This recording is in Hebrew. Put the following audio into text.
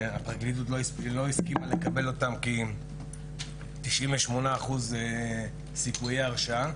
הפרקליטות לא הסכימה לקבל אותם כי 98% סיכויי הרשעה.